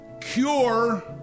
cure